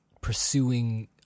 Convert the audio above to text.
pursuing